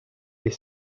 les